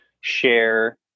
share